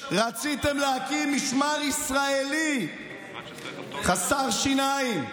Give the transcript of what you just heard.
רציתם להקים משמר ישראלי חסר שיניים.